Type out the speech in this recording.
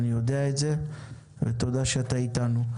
אני יודע את זה ותודה שאתה אתנו.